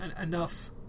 enough